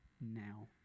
now